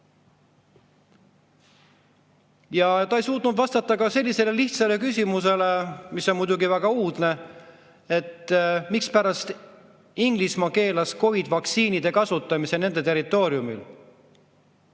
Ta ei suutnud vastata ka sellisele lihtsale küsimusele, mis on muidugi väga uudne, et mispärast Inglismaa keelas COVID-i vaktsiinide kasutamise nende territooriumil.